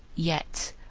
yet,